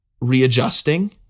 readjusting